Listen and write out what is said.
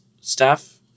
staff